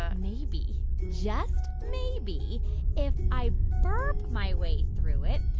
ah maybe, just maybe if i burp my way through it,